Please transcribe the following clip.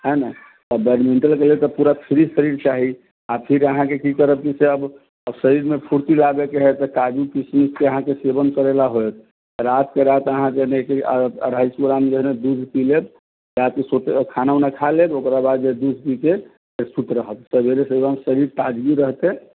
है न आ बैटमिंटन के लेल तऽ पूरा फ्री शरीर चाही आ फिर अहाँके की करब से अब शरीर में फुर्ती लाबै के है तऽ काजू किसमिश के अहाँके सेवन करैला होत राति के राति अहाँ जेना की अढ़ाइ सए ग्राम जे है न दूध पी लेब ताकि सुते खाना ऊना खा लेब ओकराबाद जे दूध पी के सूति रहब सवेरे सँ एकदम शरीर ताजगी रहतै